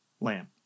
lamb